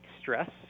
stress